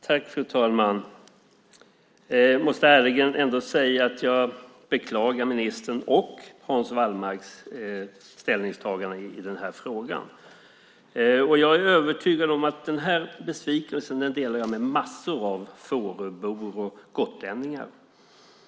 Fru talman! Jag måste ärligen säga att jag beklagar ministerns och Hans Wallmarks ställningstagande i frågan. Jag är övertygad om att jag delar besvikelsen med massor av Fåröbor och gotlänningar.